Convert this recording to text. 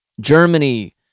Germany